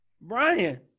Brian